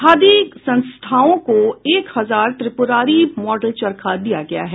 खादी संस्थाओं को एक हजार त्रिपुरारी मॉडल चरखा दिया गया है